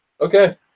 okay